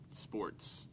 sports